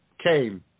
Came